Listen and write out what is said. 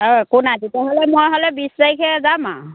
আৰু একো নাই তেতিয়াহ'লে মই হ'লে বিশ তাৰিখে যাম আৰু